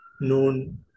known